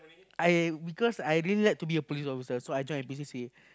I because I really like to be a police officer so I join N_P_C_C